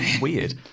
Weird